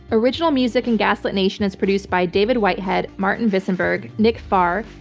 original music in gaslit nation is produced by david whitehead, martin visenberg, nick farr,